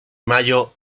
mayo